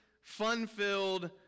fun-filled